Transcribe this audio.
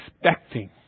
expecting